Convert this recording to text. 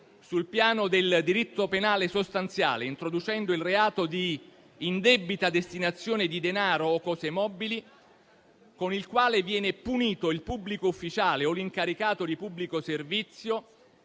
sul piano del diritto penale sostanziale, introducendo il reato di indebita destinazione di denaro o cose mobili, con il quale viene punito il pubblico ufficiale o l'incaricato di pubblico servizio